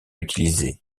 utilisée